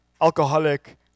alcoholic